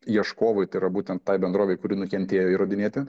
ieškovui tai yra būtent tai bendrovei kuri nukentėjo įrodinėti